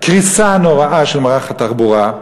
קריסה נוראה של מערך התחבורה.